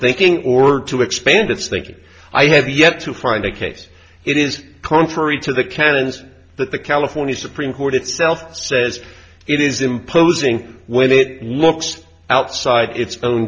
thinking or to expand its thinking i have yet to find a case it is contrary to the canons that the california supreme court itself says it is imposing when it looks outside its own